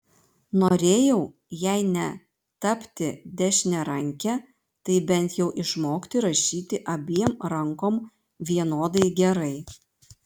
norėjau jei ne tapti dešiniaranke tai bent jau išmokti rašyti abiem rankom vienodai gerai